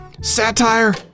satire